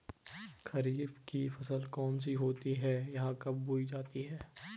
खरीफ की फसल कौन कौन सी होती हैं यह कब बोई जाती हैं?